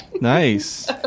Nice